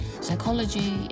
psychology